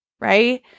right